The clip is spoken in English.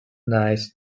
nice